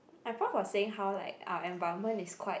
my prof was saying how like our environment is quite